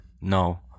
no